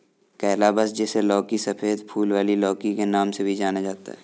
calabash, जिसे लौकी, सफेद फूल वाली लौकी के नाम से भी जाना जाता है